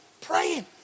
praying